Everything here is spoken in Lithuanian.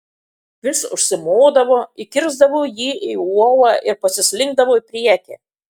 vis užsimodavo įkirsdavo jį į uolą ir pasislinkdavo į priekį